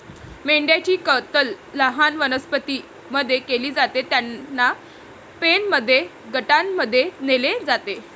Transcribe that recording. मेंढ्यांची कत्तल लहान वनस्पतीं मध्ये केली जाते, त्यांना पेनमध्ये गटांमध्ये नेले जाते